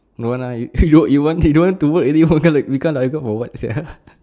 don't want lah you you don't want to work already how come like we come I come for what sia